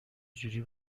جوری